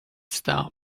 stop